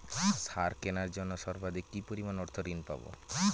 সার কেনার জন্য সর্বাধিক কি পরিমাণ অর্থ ঋণ পাব?